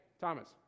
Thomas